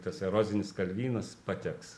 tas erozinis kalvynas pateks